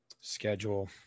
schedule